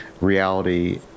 reality